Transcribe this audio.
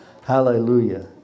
Hallelujah